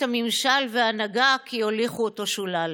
הממשל ואת ההנהגה כי הוליכו אותו שולל.